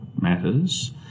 matters